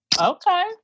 Okay